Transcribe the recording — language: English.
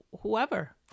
whoever